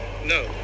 No